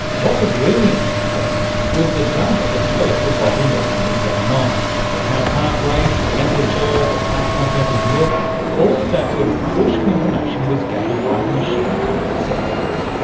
what was really impressive though was the data that was collected while the milking was going on the cow's heart rate, temperature, the fat content of the milk all of that sort of crucial information was gathered by the machine's many sensors.